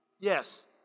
Yes